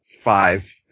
Five